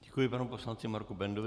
Děkuji panu poslanci Marku Bendovi.